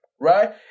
right